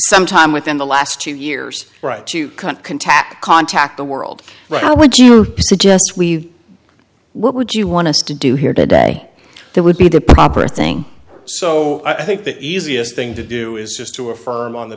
sometime within the last two years right you can tap contact the world but how would you suggest we what would you want us to do here today that would be the proper thing so i think the easiest thing to do is just to affirm on the